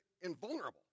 invulnerable